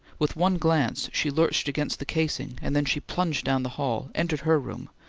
with one glance she lurched against the casing and then she plunged down the hall, entered her room,